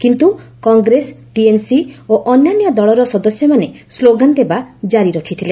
କିନ୍ତୁ କଂଗ୍ରେସ ଟିଏମ୍ସି ଓ ଅନ୍ୟାନ୍ୟ ଦଳର ସଦସ୍ୟମାନେ ସ୍ଲୋଗାନ ଦେବା କାରି ରଖିଥିଲେ